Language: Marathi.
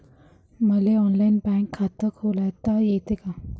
मले ऑनलाईन बँक खात खोलता येते का?